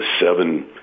seven